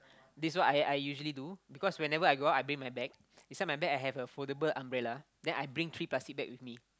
this one I I usually do because whenever I go out I bring my bag inside my bag I have a foldable umbrella then I bring three plastic bag with me